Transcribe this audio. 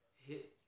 hit